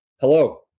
hello